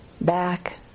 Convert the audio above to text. back